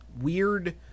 weird